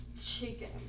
Chicken